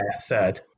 third